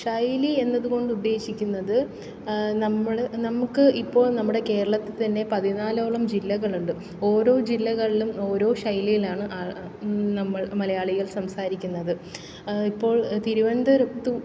ശൈലി എന്നതുകൊണ്ട് ഉദ്ദേശിക്കുന്നത് നമ്മള് നമുക്ക് ഇപ്പോൾ നമ്മുടെ കേരളത്തിൽ തന്നെ പതിനാലോളം ജില്ലകളുണ്ട് ഓരോ ജില്ലകളിലും ഓരോ ശൈലിയിലാണ് നമ്മൾ മലയാളികൾ സംസാരിക്കുന്നത് ഇപ്പോൾ തിരുവനന്തപുരത്തും